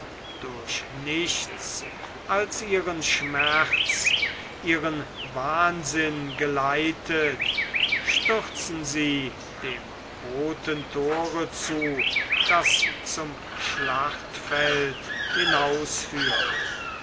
durch nichts als ihren schmerz ihren wahnsinn geleitet stürzen sie dem rothen thore zu das zum schlachtfelde